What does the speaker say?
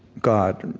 god,